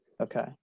okay